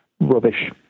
rubbish